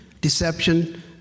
deception